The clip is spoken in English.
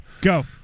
Go